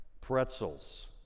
pretzels